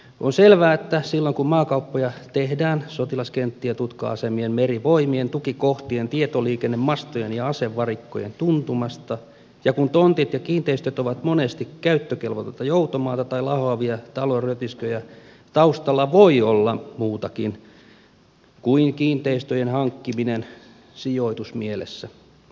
on selvää että silloin kun maakauppoja tehdään sotilaskenttien tutka asemien merivoimien tukikohtien tietoliikennemastojen ja asevarikkojen tuntumasta ja kun tontit ja kiinteistöt ovat monesti käyttökelvotonta joutomaata tai lahoavia talonrötisköjä taustalla voi olla muutakin kuin kiinteistöjen hankkiminen sijoitusmielessä